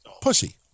pussy